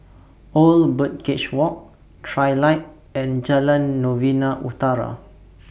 Old Birdcage Walk Trilight and Jalan Novena Utara